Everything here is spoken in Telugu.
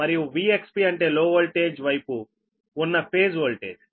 మరియు VXP అంటే లో వోల్టేజ్ వైపు ఉన్న ఫేజ్ వోల్టేజ్